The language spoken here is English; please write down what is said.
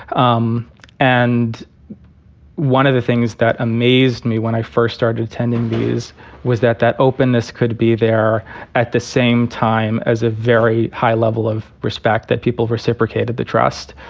um and one of the things that amazed me when i first started attending these was that that openness could be there at the same time as a very high level of respect that people reciprocated the trust.